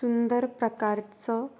सुंदर प्रकारचं